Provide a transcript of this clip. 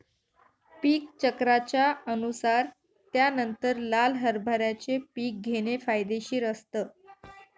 पीक चक्राच्या अनुसार त्यानंतर लाल हरभऱ्याचे पीक घेणे फायदेशीर असतं